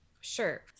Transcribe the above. Sure